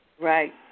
right